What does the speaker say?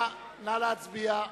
נא להצביע.